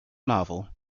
novel